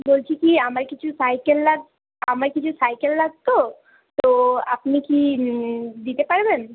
বলছি কী আমার কিছু সাইকেল আমার কিছু সাইকেল লাগত তো আপনি কি দিতে পারবেন